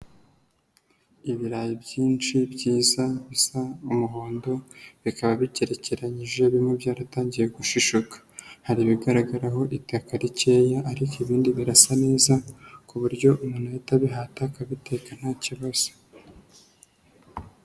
Ibirayi byinshi byiza bisa umuhondo bikaba bigerekeranyije bimwe byaratangiye gushishuka, hari ibigaragaraho itaka rikeya ariko ibindi birasa neza ku buryo umuntu yahita abihata akabiteka nta kibazo.